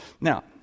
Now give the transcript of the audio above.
Now